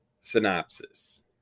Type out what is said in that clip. Synopsis